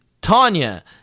Tanya